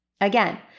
Again